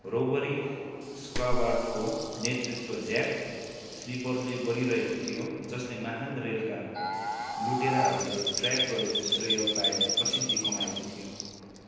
robbery स्क्वावाडको नेतृत्व Jack स्लिपरले गरिरहेको थियो जसले महान् रेलका लुटेराहरूलाई ट्र्याक गरेको श्रेय पाएर प्रसिद्धि कमाएको थियो